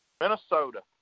Minnesota